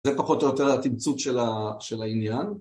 זה פחות או יותר התמצות של העניין